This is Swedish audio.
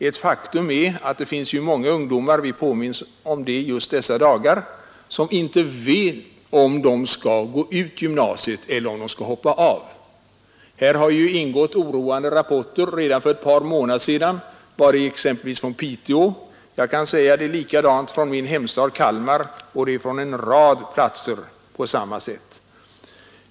Ett faktum är att det finns många ungdomar — vi påminns om det just i dessa dagar — som inte vet om de skall gå ut gymnasiet eller hoppa av. Här har redan för ett par månader sedan ingått oroande rapporter, exempelvis från Piteå, likaså från min hemstad Kalmar och från en rad andra platser.